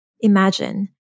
Imagine